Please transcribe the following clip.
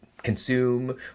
consume